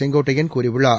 செங்கோட்டையன் கூறியுள்ளார்